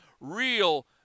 real